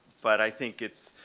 but i think it's,